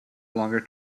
longer